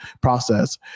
process